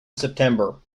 september